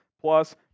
plus